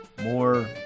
more